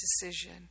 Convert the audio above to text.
decision